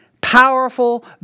powerful